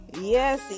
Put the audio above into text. yes